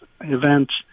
events